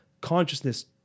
consciousness